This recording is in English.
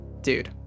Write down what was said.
Dude